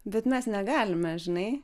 bet mes negalime žinai